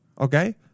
Okay